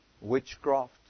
Witchcraft